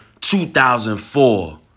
2004